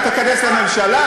אתה תיכנס לממשלה?